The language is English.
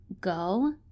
go